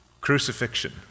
crucifixion